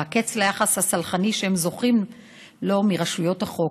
והקץ ליחס הסלחני שהם זוכים לו מרשויות החוק,